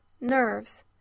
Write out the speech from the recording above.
nerves